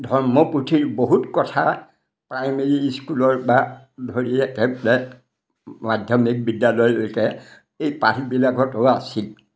ধৰ্ম পুথিৰ বহুত কথা প্ৰাইমেৰী স্কুলৰ বা ধৰি একেবাৰে মাধ্যমিক বিদ্যালয়লৈকে এই পাঠবিলাকতো আছিল